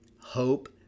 hope